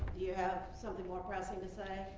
you have something more pressing to say?